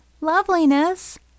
Loveliness